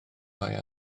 mae